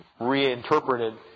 reinterpreted